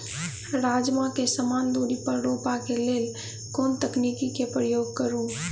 राजमा केँ समान दूरी पर रोपा केँ लेल केँ तकनीक केँ प्रयोग करू?